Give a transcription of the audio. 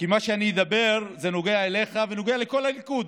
כי מה שאני אומר נוגע אליך ונוגע לכל הליכוד.